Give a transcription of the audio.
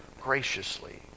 graciously